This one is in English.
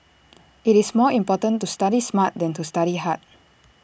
IT is more important to study smart than to study hard